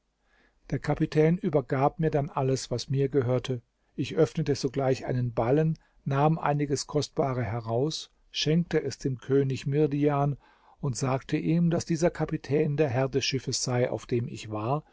der kapitän übergab mir dann alles was mir gehörte ich öffnete sogleich einen ballen nahm einiges kostbare heraus schenkte es dem könig mihrdjan und sagte ihm daß dieser kapitän der herr des schiffes sei auf dem ich war